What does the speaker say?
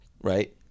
right